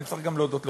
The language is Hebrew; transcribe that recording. אנחנו עם אחד,